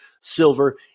silver